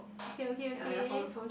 okay okay okay